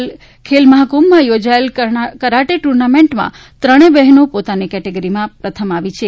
હાલ ખેલમહાકુંભમાં થોજાયેલી કરાટે ટુર્નામેન્ટમાં ત્રણેય બહેનો પોતાની કેટેગરીમાં પ્રથમ આવી છે